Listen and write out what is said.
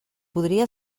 podria